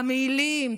המעילים,